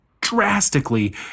drastically